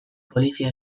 polizia